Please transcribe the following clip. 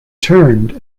turned